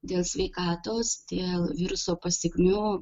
dėl sveikatos dėl viruso pasekmių